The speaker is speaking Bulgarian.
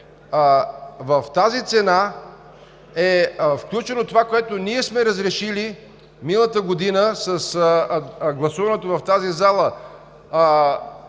в тази цена е включено това, което ние сме разрешили миналата година с гласуването в тази зала